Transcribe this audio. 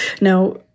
now